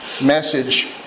message